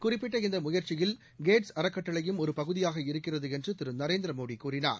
குறிப்பிட்ட இந்த முயற்சியில் ஹேட்ஸ் அறக்கட்டளையும் ஒரு பகுதியாக இருக்கிறது என்று திரு நரேந்திரமோடி கூறினார்